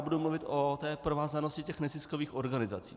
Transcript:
Budu mluvit ale o té provázanosti neziskových organizací.